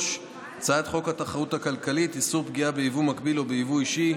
הצעת חוק התחרות הכלכלית (איסור פגיעה ביבוא מקביל או ביבוא אישי)